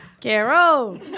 Carol